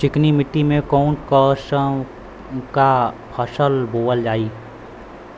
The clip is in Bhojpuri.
चिकनी मिट्टी में कऊन कसमक फसल बोवल जाई?